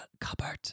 cupboard